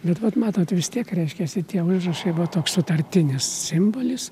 bet vat matot vis tiek reiškiasi tie užrašai buvo toks sutartinis simbolis